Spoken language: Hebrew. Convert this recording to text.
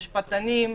משפטנים,